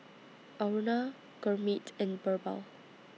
Aruna Gurmeet and Birbal